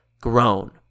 grown